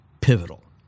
pivotal